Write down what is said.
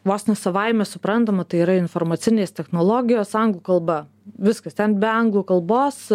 vos ne savaime suprantama tai yra informacinės technologijos anglų kalba viskas ten be anglų kalbos